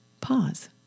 Pause